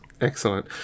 Excellent